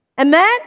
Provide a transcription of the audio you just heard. Amen